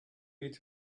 made